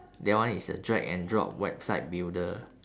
that one is a drag and drop website builder